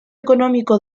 económico